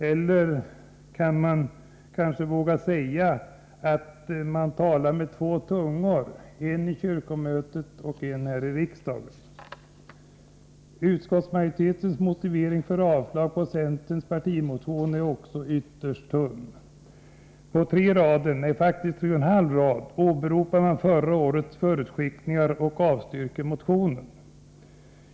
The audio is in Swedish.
Eller vågar man säga att de talar med två tungor, en i kyrkomötet och en i riksdagen? Utskottsmajoritetens motivering för avslag på centerns partimotion är också ytterst tunn. På tre rader — nej, tre och en halv rad — åberopar man förra årets förutskickningar och avstyrker motionen.